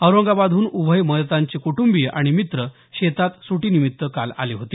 औरंगाबादहून उभय मयतांचे कुटुंबिय आणि मित्र शेतात सुटीनिमित्त काल आले होते